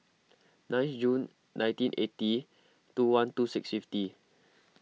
nine June nineteen eighty two one two six fifty